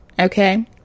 Okay